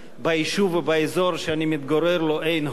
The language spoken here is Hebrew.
ביישוב ובאזור שאני מתגורר אין "הוט".